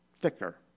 thicker